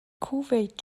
kuwait